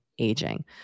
aging